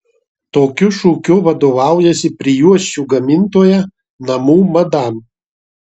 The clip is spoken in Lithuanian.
tokiu šūkiu vadovaujasi prijuosčių gamintoja namų madam